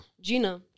Gina